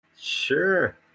Sure